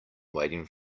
waiting